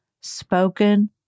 spoken